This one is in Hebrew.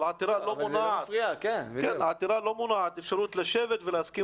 אבל עתירה לא מונעת אפשרות לשבת ולהסכים